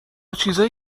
چیزایی